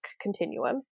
continuum